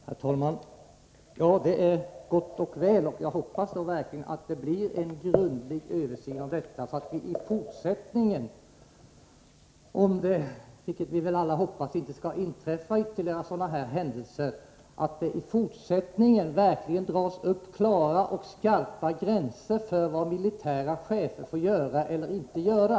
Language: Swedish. Herr talman! Det är gott och väl. Jag hoppas verkligen att det blir en grundlig översyn av detta, så att man i framtiden, om några ytterligare händelser av det här slaget inträffar — vilket vi alla hoppas inte skall bli fallet — kan dra upp klara och skarpa gränser för vad militära chefer får göra och inte får göra.